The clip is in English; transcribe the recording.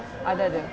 ada ada